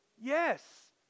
Yes